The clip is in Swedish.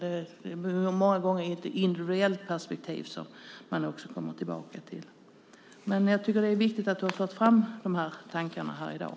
Det är många gånger ett individuellt perspektiv som man kommer tillbaka till. Men det är viktigt att du har fört fram dessa tankar här i dag.